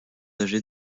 âgé